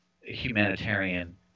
humanitarian